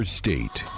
state